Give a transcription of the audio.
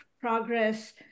progress